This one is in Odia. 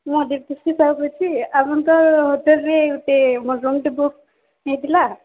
ମୁଁ ଦୀପ୍ତି ସାହୁ କହୁଛି ଆପଣଙ୍କର୍ ହୋଟେଲ୍ରେ ଗୁଟେ ମୋ ରୁମ୍ଟେ ବୁକ୍ ହେଇଥିଲା